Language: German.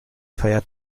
feiert